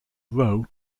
row